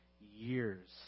years